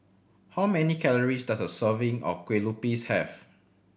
how many calories does a serving of Kueh Lupis have